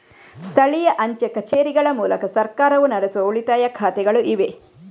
ಸ್ಥಳೀಯ ಅಂಚೆ ಕಚೇರಿಗಳ ಮೂಲಕ ಸರ್ಕಾರವು ನಡೆಸುವ ಉಳಿತಾಯ ಖಾತೆಗಳು ಇವೆ